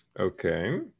Okay